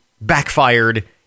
backfired